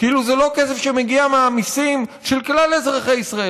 כאילו זה לא כסף שמגיע מהמיסים של כלל אזרחי ישראל,